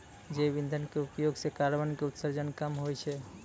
जैव इंधन के उपयोग सॅ कार्बन के उत्सर्जन कम होय छै